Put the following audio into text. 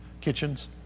kitchens